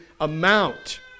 amount